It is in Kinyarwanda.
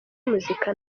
muzika